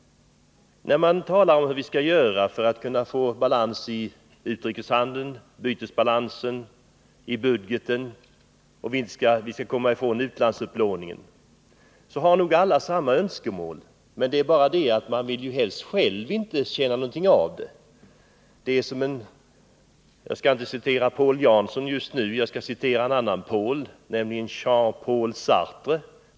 När man talar om hur vi skall göra för att kunna få balans i utrikeshandeln och budgeten, en bättre bytesbalans och komma ifrån utlandsupplåningen så har nog alla samma önskemål. Det är bara det att man själv helst inte vill känna någonting av sådana åtgärder. Jag skall inte citera Paul Jansson just nu utan en annan Paul, nämligen Jean-Paul Sartre.